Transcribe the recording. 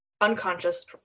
unconscious